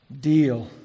deal